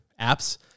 apps